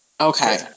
Okay